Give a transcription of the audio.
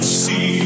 see